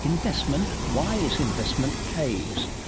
investment, wise investment, pays,